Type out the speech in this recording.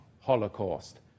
Holocaust